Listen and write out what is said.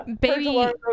baby